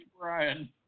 Brian